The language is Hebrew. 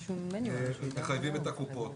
מחייבים את הקופות.